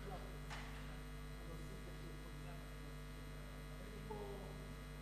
ההצעה להעביר את הצעת חוק לתיקון פקודת התעבורה (סמכות לפסילת נהגים